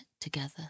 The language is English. together